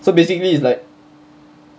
so basically it's like